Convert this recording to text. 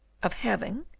of having,